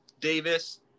Davis –